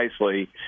nicely